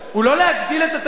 הוא לא להגדיל את התקציב,